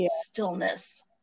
stillness